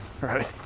Right